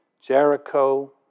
Jericho